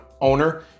owner